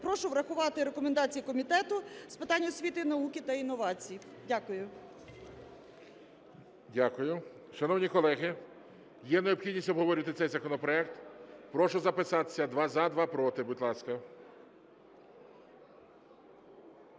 Прошу врахувати рекомендації Комітету з питань освіти, науки та інновацій. Дякую. ГОЛОВУЮЧИЙ. Дякую. Шановні колеги, є необхідність обговорювати цей законопроект? Прошу записатись: два – за, два – проти, будь ласка.